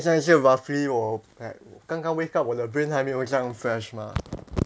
现在是 roughly 我 like 刚刚 wake up 我的 brain 还没有这样 fresh mah